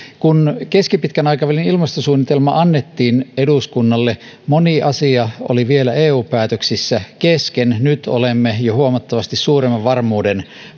kun keskipitkän aikavälin ilmastosuunnitelma annettiin eduskunnalle moni asia oli vielä eu päätöksissä kesken nyt olemme jo huomattavasti suuremman varmuuden